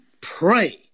pray